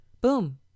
boom